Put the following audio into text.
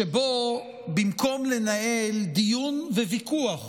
שבו במקום לנהל דיון וויכוח